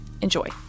Enjoy